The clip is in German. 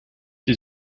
die